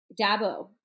Dabo